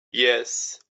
yes